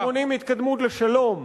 שמונעים התקדמות לשלום.